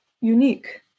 unique